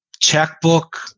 checkbook